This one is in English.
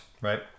right